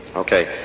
okay.